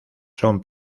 son